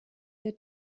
der